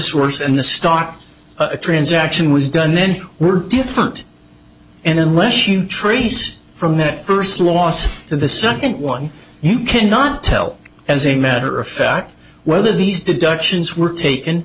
worst and the stock a transaction was done then were different and unless you trace from that first loss to the second one you cannot tell as a matter of fact whether these deductions were taken